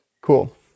Cool